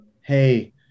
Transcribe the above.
hey